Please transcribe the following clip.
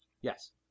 Yes